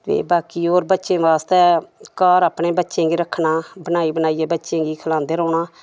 ते बाकी होर बच्चें बास्तै घर अपने बच्चें गी रखना बनाई बनाइयै बच्चें गी खलांदे रौह्ना